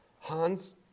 Hans